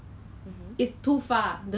very nice